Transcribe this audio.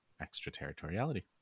extraterritoriality